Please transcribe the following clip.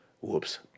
whoops